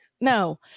No